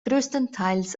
größtenteils